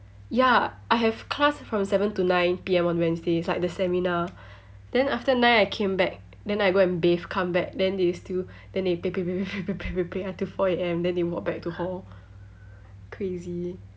ya I have class from seven to nine P_M on wednesdays like the seminar then after nine I came back then I go and bathe come back then they still then they play play play play play play play until four A_M then they walk back to hall crazy